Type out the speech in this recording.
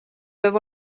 peab